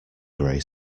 grey